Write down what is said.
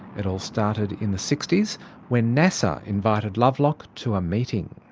it all started in the sixty s when nasa invited lovelock to a meeting.